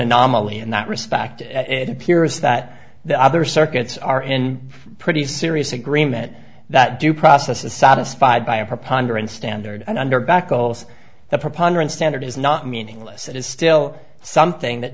anomaly in that respect and it appears that the other circuits are in pretty serious agreement that due process is satisfied by a preponderance standard and under back goals the preponderance standard is not meaningless it is still something that